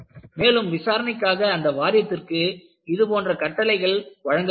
மேலும் விசாரணைக்காக அந்த வாரியத்திற்கு இதுபோன்ற கட்டளை வழங்கப்பட்டது